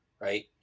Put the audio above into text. right